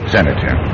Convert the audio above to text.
Senator